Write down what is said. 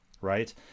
right